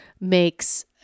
makes